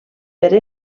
per